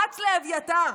רץ לאביתר,